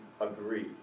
agree